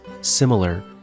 similar